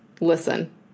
Listen